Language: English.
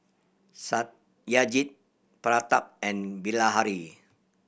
Satyajit Pratap and Bilahari